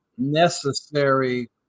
necessary